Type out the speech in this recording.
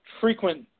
frequent